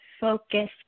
focus